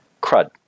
CRUD